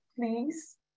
please